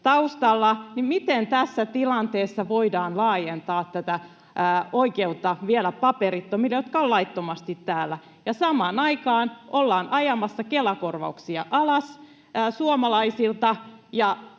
taustalla, niin miten tässä tilanteessa voidaan laajentaa tätä oikeutta vielä paperittomille, jotka ovat laittomasti täällä. Ja samaan aikaan ollaan ajamassa Kela-korvauksia alas suomalaisilta